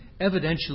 evidentially